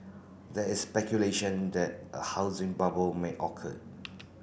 there is speculation that a housing bubble may occur